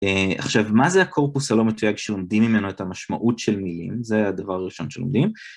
עכשיו מה זה הקורפוס הלא מתויג שעומדים ממנו את המשמעות של מילים? זה הדבר הראשון שעומדים.